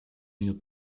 minu